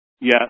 Yes